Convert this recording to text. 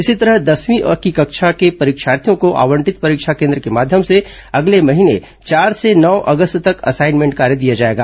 इसी तरह दसवीं की परीक्षा के लिए परीक्षार्थियों को आवंटित परीक्षा केन्द्र के माध्यम से अगले महीने चार से नौ अगस्त तक असाइनमेंट कार्य दिया जाएगा